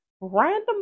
Random